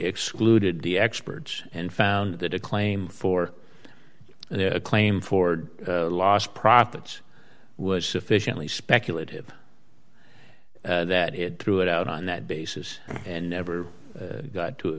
excluded the experts and found that a claim for a claim for lost profits was sufficiently speculative that it threw it out on that basis and never got to